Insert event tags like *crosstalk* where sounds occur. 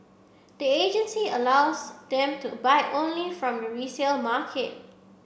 the agency allows them to buy only from *unintelligible* resale market